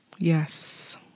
Yes